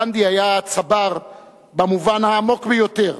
גנדי היה צבר במובן העמוק ביותר,